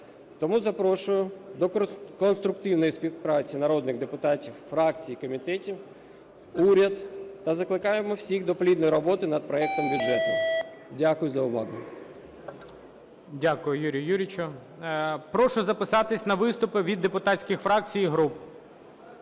Тому запрошую до конструктивної співпраці народних депутатів, фракції і комітети, уряд та закликаємо всіх до плідної роботи над проектом бюджету. Дякую за увагу. ГОЛОВУЮЧИЙ. Дякую, Юрію Юрійовичу. Прошу записатись на виступи від депутатських фракцій і груп.